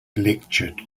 lectured